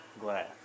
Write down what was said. glad